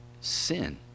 Sin